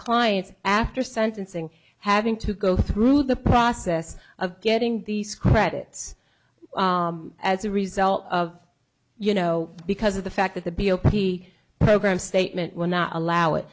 clients after sentencing having to go through the process of getting these credits as a result of you know because of the fact that the b o p program statement will not allow it